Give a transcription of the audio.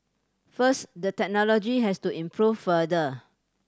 first the technology has to improve further